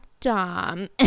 Dom